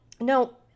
no